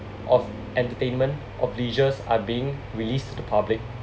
of entertainment of leisures are being released to the public